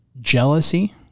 jealousy